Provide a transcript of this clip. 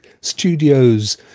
Studios